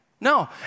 No